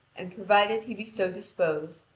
and provided he be so disposed,